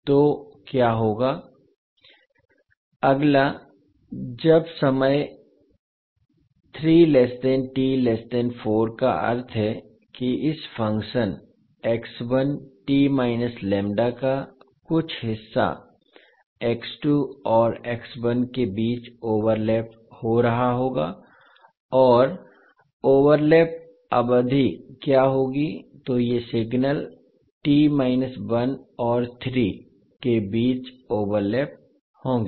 तो क्या होगा अगला जब समय का अर्थ है कि इस फ़ंक्शन का कुछ हिस्सा और के बीच ओवरलैप हो रहा होगा और ओवरलैप अवधि क्या होगी तो ये सिग्नल और 3 के बीच ओवरलैप होंगे